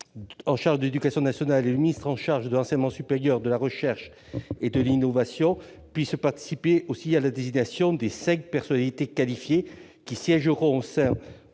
chargé de l'éducation nationale et le ministre chargé de l'enseignement supérieur, de la recherche et de l'innovation puissent participer à la désignation des cinq personnalités qualifiées qui siégeront au sein